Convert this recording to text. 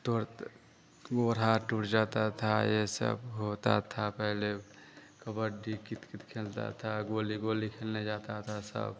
तो वह राह टूट जाती थी यह सब होता था पहले कबड्डी कितकित खेलते थे गुल्ली गुल्ली खेलने जाते थे सब